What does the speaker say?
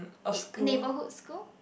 it neighbourhood school